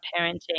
parenting